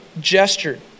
gestured